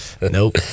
nope